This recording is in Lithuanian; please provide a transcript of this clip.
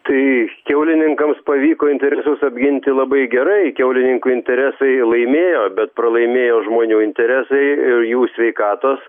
tai kiaulininkams pavyko interesus apginti labai gerai kiaulininkų interesai laimėjo bet pralaimėjo žmonių interesai ir jų sveikatos